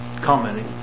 commenting